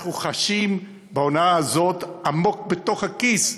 אנחנו חשים בהונאה הזאת עמוק בתוך הכיס.